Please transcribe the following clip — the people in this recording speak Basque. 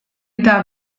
eta